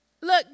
Look